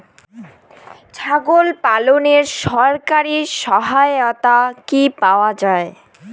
ছাগল পালনে সরকারি সহায়তা কি পাওয়া যায়?